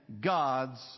God's